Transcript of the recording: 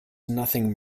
nothing